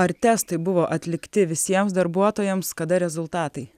ar testai buvo atlikti visiems darbuotojams kada rezultatai